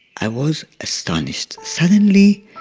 i was astonished. suddenly,